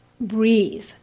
breathe